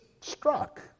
struck